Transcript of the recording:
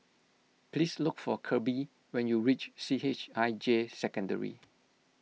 please look for Kirby when you reach C H I J Secondary